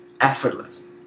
effortless